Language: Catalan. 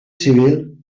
civil